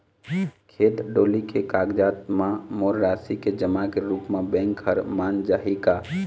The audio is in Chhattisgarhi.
खेत डोली के कागजात म मोर राशि के जमा के रूप म बैंक हर मान जाही का?